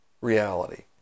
reality